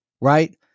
right